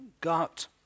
got